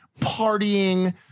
partying